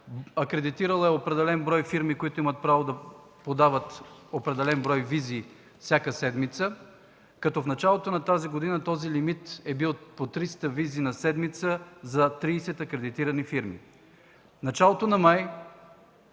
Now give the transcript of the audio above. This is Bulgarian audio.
акредитирала е определен брой фирми, които имат право да подават определен брой визи всяка седмица. В началото на тази година този лимит е бил по 300 визи на седмица за 30 акредитирани фирми. В началото на месец